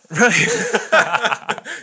Right